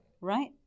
right